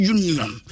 Union